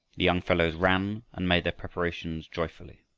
the young fellows ran and made their preparations joyfully.